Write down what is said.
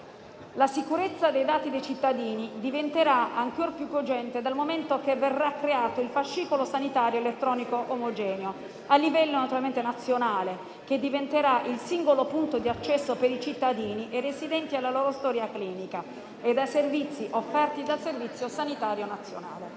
La sicurezza dei dati dei cittadini diventerà ancor più cogente dal momento che verrà creato il fascicolo sanitario elettronico omogeneo a livello nazionale, che diventerà il singolo punto di accesso, per cittadini e residenti, alla propria storia clinica e ai servizi offerti dal Servizio sanitario nazionale.